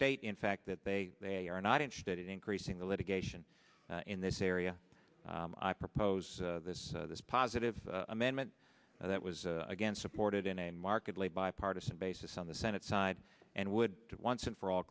state in fact that they they are not interested in increasing the litigation in this area i propose this this positive amendment that was against supported in a markedly bipartisan basis on the senate side and would at once and for all